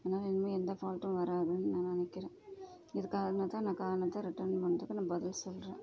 அதனால் இனிமே எந்த ஃபால்ட்டும் வராதுன்னு நான் நினைக்கிறேன் இதுக்காகனா தான் காரணத்தை ரிட்டன் பண்ணுறதுக்கு நான் பதில் சொல்லுறேன்